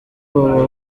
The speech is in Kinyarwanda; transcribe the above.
baba